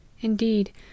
Indeed